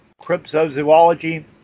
Cryptozoology